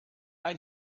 ein